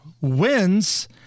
wins